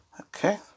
Okay